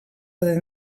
within